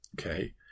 okay